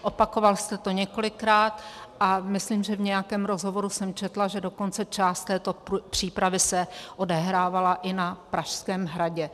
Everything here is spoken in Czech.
Opakoval jste to několikrát a myslím, že v nějakém rozhovoru jsem četla, že dokonce část této přípravy se odehrávala i na Pražském hradě.